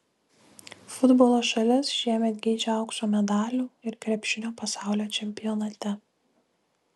futbolo šalis šiemet geidžia aukso medalių ir krepšinio pasaulio čempionate